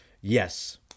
Yes